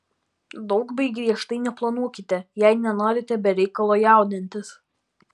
daug bei griežtai neplanuokite jei nenorite be reikalo jaudintis